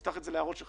כשהבנק רואה שנכנס